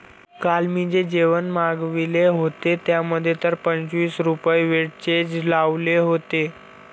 काल मी जे जेवण मागविले होते, त्यामध्ये तर पंचवीस रुपये व्हॅटचेच लावले होते